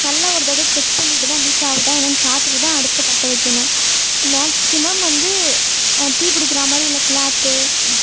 நல்ல ஒரு தடவை செக் பண்ணிட்டு தான் லீக் ஆகுதா என்னன்னு பார்த்துட்டு தான் அடுப்பை பற்ற வைக்கணும் மேக்சிமம் வந்து தீப்பிடிக்கிற மாதிரி உள்ள க்ளாத்து